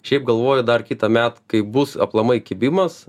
šiaip galvoju dar kitąmet kai bus aplamai kibimas